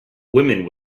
women